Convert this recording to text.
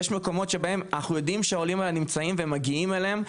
יש מקומות שבהם אנחנו יודעים שהעולים נמצאים ואנחנו מגיעים אליהם,